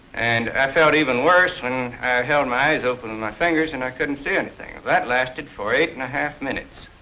and i felt even worse when i held my eyes open and my fingers and i couldn't see anything. that lasted for eight and a half minutes.